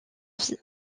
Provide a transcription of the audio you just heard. vie